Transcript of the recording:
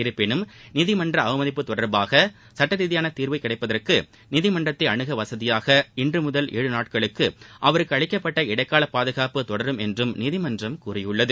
இருப்பினும் நீதிமன்ற அவமதிப்பு தொடர்பாக சட்ட ரீதியான தீர்வு கிடைப்பதற்கு நீதிமன்றத்தை அணுக வசதியாக இன்று முதல் ஏழு நாட்களுக்கு அவருக்கு அளிக்கப்பட்ட இடைக்கால பாதுகாப்பு தொடரும் என்றும் நீதிமன்றம் கூறியுள்ளது